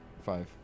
Five